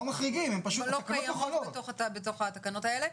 לא בתוך התקנות האלה.